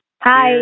hi